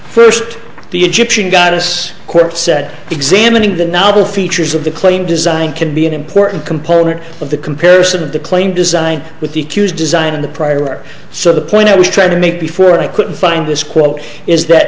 first the egyptian goddess court said examining the novel features of the claim design can be an important component of the comparison of the claim design with the qs design in the prior so the point i was trying to make before i could find this quote is that